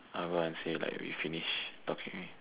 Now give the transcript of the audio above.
I'll go out and say like we finish talking already